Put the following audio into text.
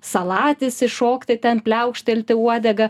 salatis iššokti ten pliaukštelti uodega